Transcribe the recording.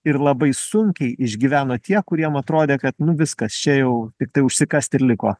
ir labai sunkiai išgyveno tie kuriem atrodė kad viskas čia jau tiktai užsikast ir liko